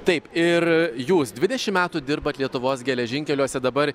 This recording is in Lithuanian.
taip ir jūs dvidešim metų dirbote lietuvos geležinkeliuose dabar